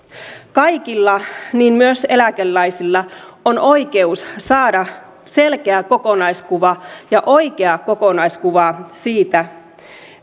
kaikilla niin myös eläkeläisillä on oikeus saada selkeä kokonaiskuva ja oikea kokonaiskuva siitä